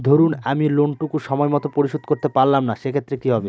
ধরুন আমি লোন টুকু সময় মত পরিশোধ করতে পারলাম না সেক্ষেত্রে কি হবে?